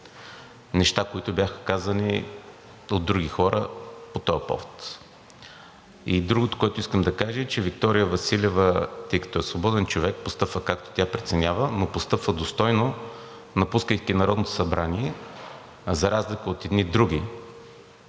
Неща, които бяха казани от други хора по този повод. И другото, което искам да кажа, е, че Виктория Василева, тъй като е свободен човек, постъпва както тя преценява, но постъпва достойно, напускайки Народното събрание, за разлика от едни други,